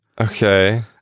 okay